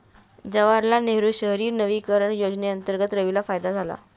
जवाहरलाल नेहरू शहरी नवीकरण योजनेअंतर्गत रवीला फायदा झाला